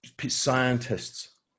scientists